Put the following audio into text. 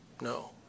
No